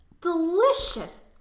delicious